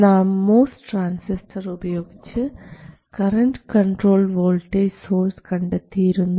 നാം MOS transistor ഉപയോഗിച്ച് current controlled voltage source കണ്ടെത്തിയിരുന്നു